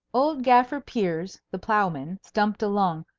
old gaffer piers, the ploughman, stumped along,